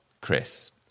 Chris